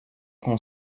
qu’on